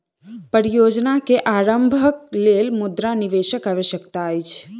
परियोजना के आरम्भक लेल मुद्रा निवेशक आवश्यकता अछि